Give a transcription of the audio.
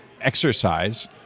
exercise